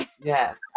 yes